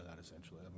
essentially